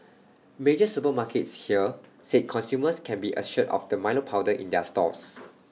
major supermarkets here said consumers can be assured of the milo powder in their stores